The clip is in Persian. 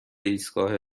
ایستگاه